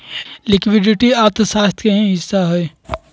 liquidity अर्थशास्त्र के ही हिस्सा हई